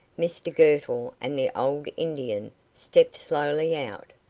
mr girtle and the old indian stepped slowly out,